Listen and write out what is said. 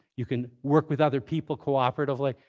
you can work with other people cooperatively.